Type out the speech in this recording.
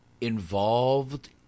involved